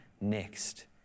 Next